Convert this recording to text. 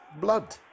blood